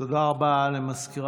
הצעת